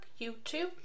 YouTube